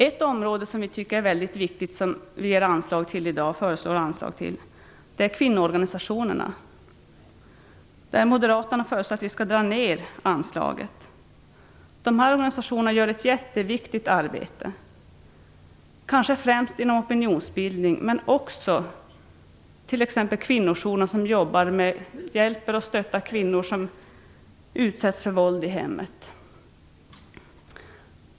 Ett område som vi tycker är väldigt viktigt och som vi i dag föreslår anslag till är kvinnoorganisationerna. Moderaterna föreslår att det anslaget skall dras ner. Dessa organisationer gör ett jätteviktigt arbete, kanske främst inom opinionsbildning men också när det gäller t.ex. kvinnojourerna som hjälper och stöttar kvinnor som utsätts för våld i hemmet.